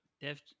Def